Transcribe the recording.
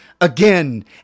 again